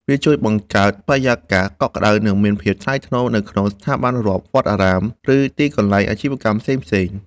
វាជួយបង្កើតបរិយាកាសកក់ក្ដៅ និងមានភាពថ្លៃថ្នូរនៅក្នុងស្ថាប័នរដ្ឋ វត្តអារាម ឬទីកន្លែងអាជីវកម្មផ្សេងៗ។